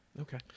okay